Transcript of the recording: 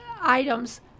items